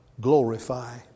glorify